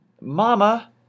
Mama